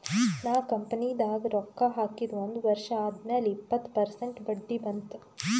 ನಾ ಕಂಪನಿದಾಗ್ ರೊಕ್ಕಾ ಹಾಕಿದ ಒಂದ್ ವರ್ಷ ಆದ್ಮ್ಯಾಲ ಇಪ್ಪತ್ತ ಪರ್ಸೆಂಟ್ ಬಡ್ಡಿ ಬಂತ್